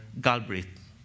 Galbraith